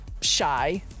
shy